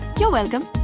you're welcome.